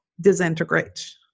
disintegrate